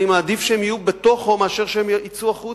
אני מעדיף שהן יהיו בתוכו מאשר שהן יצאו החוצה,